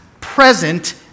present